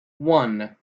one